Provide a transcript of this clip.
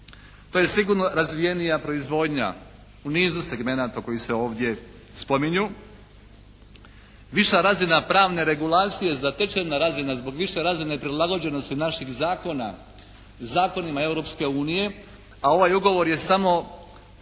To je sigurno razvijenija proizvodnja u nizu segmenata koji se ovdje spominju. Viša razina pravne regulacije, zatečena razina zbog više razine prilagođenosti naših zakona zakonima Europske unije, a ovaj ugovor je samo